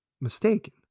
mistaken